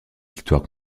victoires